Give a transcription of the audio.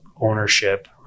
ownership